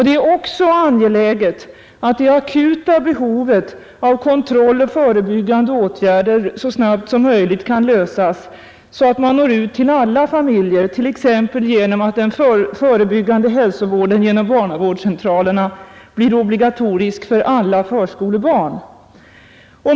Det är också angeläget, att det akuta behovet av kontroll och förebyggande åtgärder så snart som möjligt kan lösas, så att man når ut till alla familjer, t.ex. genom att den förebyggande hälsovården genom barnavårdscentralerna blir obligatorisk för alla förskolebarn.